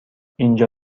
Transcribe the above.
اینجا